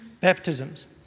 baptisms